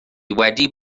wedi